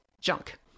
junk